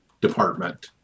department